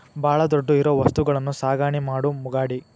ಬಾಳ ದೊಡ್ಡ ಇರು ವಸ್ತುಗಳನ್ನು ಸಾಗಣೆ ಮಾಡು ಗಾಡಿ